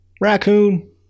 Raccoon